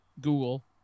Google